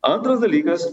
antras dalykas